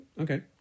Okay